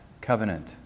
covenant